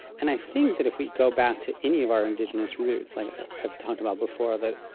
and i think that if we go back to any of our indigenous roots, like i've talked about, before that,